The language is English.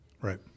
Right